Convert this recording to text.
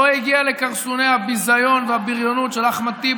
לא הגיע לקרסולי הביזיון והבריונות של אחמד טיבי,